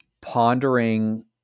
pondering